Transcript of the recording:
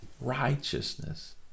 righteousness